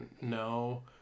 no